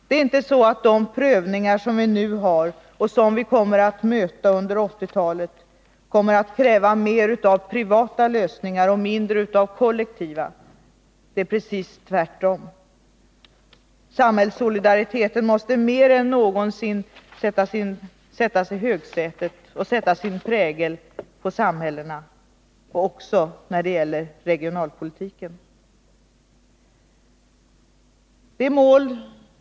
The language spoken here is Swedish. Det är inte så att de prövningar som vi har i dag och som vi kommer att möta under 1980-talet kommer att kräva mer av privata lösningar och mindre av kollektiva, utan det är precis tvärtom. Samhällssolidariteten måste mer än någonsin sättas i högsätet och få sätta sin prägel på samhällena, så också när det gäller regionalpolitiken.